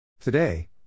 Today